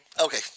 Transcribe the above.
Okay